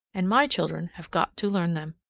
and my children have got to learn them.